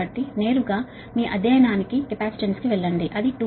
కాబట్టి నేరుగా మీ అధ్యాయానానికి కెపాసిటెన్స్కు వెళ్ళండి అది 20